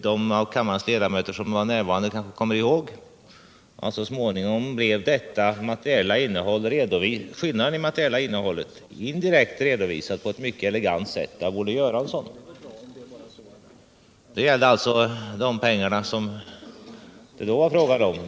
De av kammarens ledamöter som var närvarande kanske kommer ihåg att skillnaden i det materiella innehållet indirekt redovisades på ett mycket elegant sätt av Olle Göransson. Det gällde de BILA pengar som det då var fråga om.